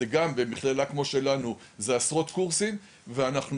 במכללה שלנו זה גם עשרות קורסים ואנחנו